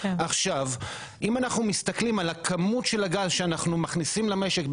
אם אנחנו מסתכלים על הכמות של הגז שאנחנו מכניסים למשק,